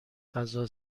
غذا